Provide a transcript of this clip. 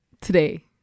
today